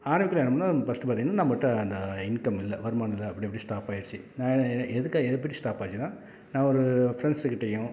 ஆரம்பிக்கிற இடம்னா ஃபஸ்ட்டு பார்த்தீங்கன்னா நம்மள்ட்ட அந்த இன்கம் இல்லை வருமானம் இல்லை அப்படி இப்படின்னு ஸ்டாப் ஆகிடுச்சு நான் எதுக்கு எப்படி ஸ்டாப் ஆயிடுச்சுன்னா நான் ஒரு ஃப்ரெண்ட்ஸுக்கிட்டேயும்